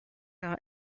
leur